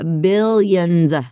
billions